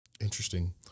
Interesting